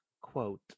quote